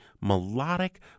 melodic